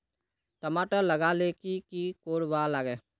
टमाटर लगा ले की की कोर वा लागे?